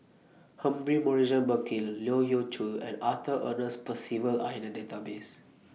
Humphrey Morrison Burkill Leu Yew Chye and Arthur Ernest Percival Are in The Database